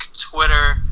Twitter